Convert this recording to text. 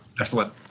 Excellent